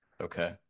Okay